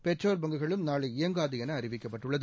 petrol bunk களும் நாளை இயங்காது என அறிவிக்கப்பட்டுள்ளது